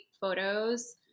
photos